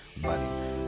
money